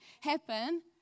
happen